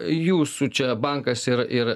jūsų čia bankas ir ir